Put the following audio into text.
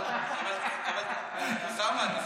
אני יודע.